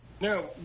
No